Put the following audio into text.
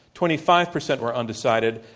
twenty-five percent were undecided.